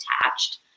attached